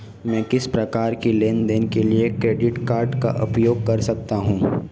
मैं किस प्रकार के लेनदेन के लिए क्रेडिट कार्ड का उपयोग कर सकता हूं?